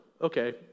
Okay